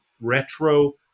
retro